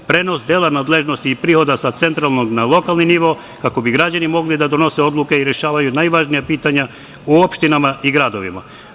Prenos dela nadležnosti i prihoda sa centralnog na lokalni nivo kako bi građani mogli da donose odluke i rešavaju najvažnija pitanja u opštinama i gradovima.